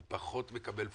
הוא פחות מקבל פוקוס,